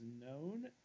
known